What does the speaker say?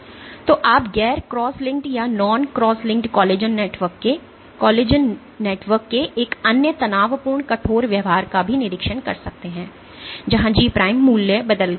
तो आप गैर क्रॉस लिंक्ड या non cross linked collagen network के कोलेजन नेटवर्क के एक तनावपूर्ण कठोर व्यवहार का भी निरीक्षण कर सकते हैं जहां G मूल्य बदल गए हैं